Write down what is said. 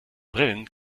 brillen